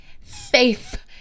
Faith